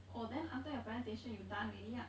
oh then after your presentation you done already ah